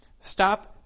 Stop